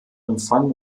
empfang